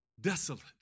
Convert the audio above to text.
desolate